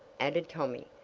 added tommy,